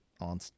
on